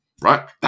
right